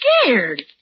scared